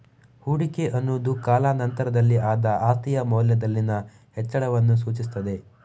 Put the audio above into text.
ಹೂಡಿಕೆ ಅನ್ನುದು ಕಾಲಾ ನಂತರದಲ್ಲಿ ಆದ ಆಸ್ತಿಯ ಮೌಲ್ಯದಲ್ಲಿನ ಹೆಚ್ಚಳವನ್ನ ಸೂಚಿಸ್ತದೆ